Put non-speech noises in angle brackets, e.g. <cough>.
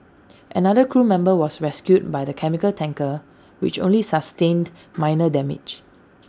another crew member was rescued by the chemical tanker which only sustained <noise> minor damage